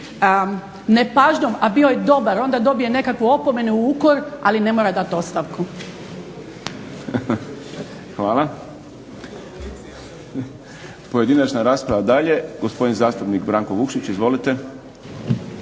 nepažnjom, a bio je dobar onda dobije nekakvu opomenu, ukor, ali ne mora dat ostavku. **Šprem, Boris (SDP)** Hvala. Pojedinačna rasprava dalje. Gospodin zastupnik Branko Vukšić, izvolite.